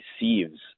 receives